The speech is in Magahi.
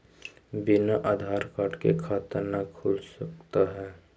बिना आधार कार्ड के खाता न खुल सकता है?